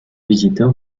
visiteur